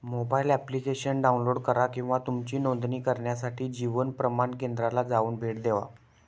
mobile application download करा किंवा तुमची नोंदणी करण्यासाठी जीवन प्रमाण केंद्राला जाऊन भेट देवा